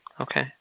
Okay